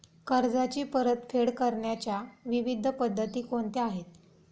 कर्जाची परतफेड करण्याच्या विविध पद्धती कोणत्या आहेत?